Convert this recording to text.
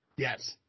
Yes